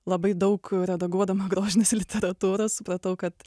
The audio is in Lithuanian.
labai daug redaguodama grožinės literatūros supratau kad